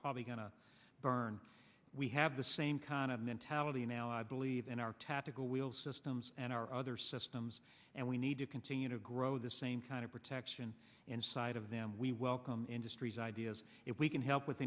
probably going to burn we have the same kind of mentality now i believe in our tactical wheel systems and our other systems and we need to continue to grow the same kind of protection inside of them we welcome industry's ideas if we can help with